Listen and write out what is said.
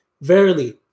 Verily